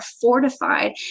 fortified